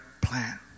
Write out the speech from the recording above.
plan